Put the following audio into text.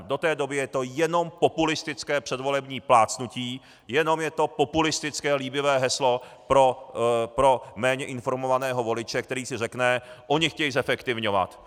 Do té doby je to jenom populistické předvolební plácnutí, jenom je to populistické líbivé heslo pro méně informovaného voliče, který si řekne: Oni chtějí zefektivňovat.